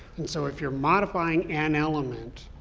and so if you're modifying an element,